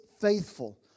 faithful